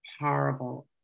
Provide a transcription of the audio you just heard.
horrible